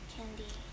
Candy